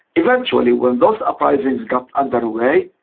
eventually, when those uprisings got underway,